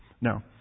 No